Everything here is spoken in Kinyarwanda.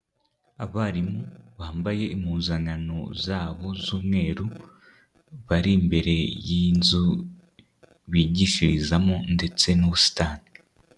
Abarimu bambaye impuzankano zabo z'umweru bari imbere y'inzu bigishirizamo ndetse n'ubusitani.